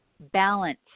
balance